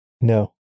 No